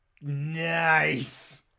Nice